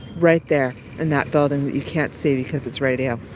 right there in that building that you can't see because it's radio!